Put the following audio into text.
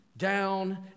down